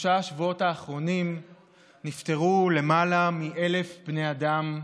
בשלושת השבועות האחרונים נפטרו למעלה מ-1,000 בני אדם פה,